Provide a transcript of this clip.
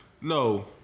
No